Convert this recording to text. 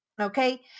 okay